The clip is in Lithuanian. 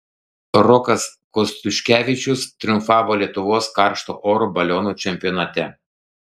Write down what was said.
rokas kostiuškevičius triumfavo lietuvos karšto oro balionų čempionate